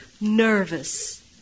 nervous